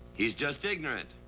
he's just ignorant.